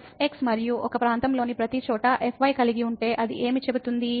fx మరియు ఒక ప్రాంతంలోని ప్రతిచోటా fy కలిగి ఉంటే అది ఏమి చెబుతుంది